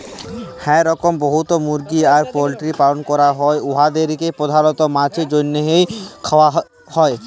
হাঁ রকম বহুতলা মুরগি আর পল্টিরির পালল ক্যরা হ্যয় উয়াদেরকে পর্ধালত মাংছের জ্যনহে খাউয়া হ্যয়